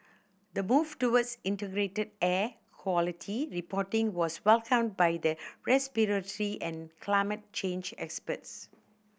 the move towards integrated air quality reporting was welcomed by the respiratory and climate change experts